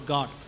God